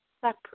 separate